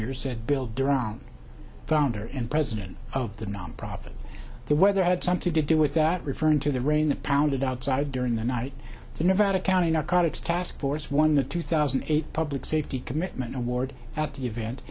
year said bill durand founder and president of the nonprofit the weather had something to do with that referring to the rain pounded outside during the night nevada county narcotics task force one the two thousand and eight public safety commitment award at the event